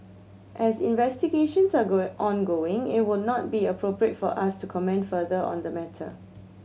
as investigations are going ongoing it would not be appropriate for us to comment further on the matter